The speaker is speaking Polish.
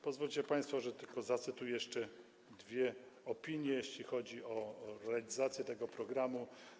Pozwólcie państwo, że tylko zacytuję jeszcze dwie opinie, jeśli chodzi o realizację tego programu.